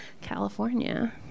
California